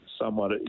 somewhat